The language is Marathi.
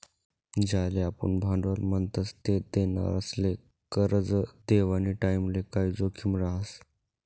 ज्याले आपुन भांडवल म्हणतस ते देनारासले करजं देवानी टाईमले काय जोखीम रहास